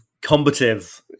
combative